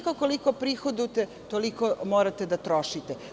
koliko prihoduje toliko morate da trošite.